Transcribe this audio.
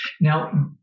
Now